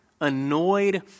annoyed